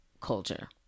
culture